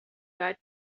write